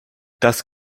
das